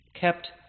kept